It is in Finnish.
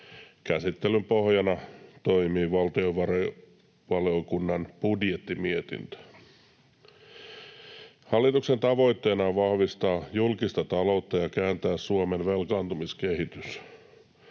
Käsittelyn pohjana toimii valtiovarainvaliokunnan budjettimietintö. Hallituksen tavoitteena on vahvistaa julkista taloutta ja kääntää Suomen velkaantumiskehitys.